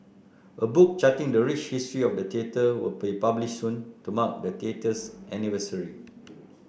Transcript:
a book charting the rich history of the theatre will be published soon to mark the theatre's anniversary